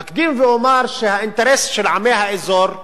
אקדים ואומר שהאינטרס של עמי האזור,